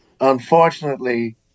Unfortunately